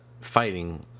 fighting